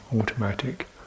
automatic